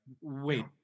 wait